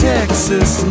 Texas